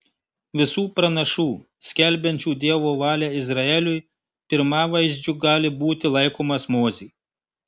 visų pranašų skelbiančių dievo valią izraeliui pirmavaizdžiu gali būti laikomas mozė